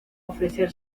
ofrecer